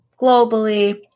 globally